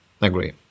agree